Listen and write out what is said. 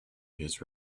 his